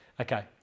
okay